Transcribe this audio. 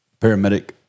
paramedic